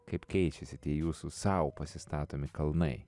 kaip keičiasi tie jūsų sau pasistatomi kalnai